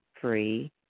free